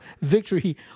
victory